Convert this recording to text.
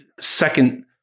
second